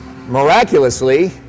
Miraculously